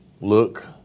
Look